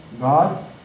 God